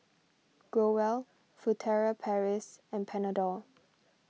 Growell Furtere Paris and Panadol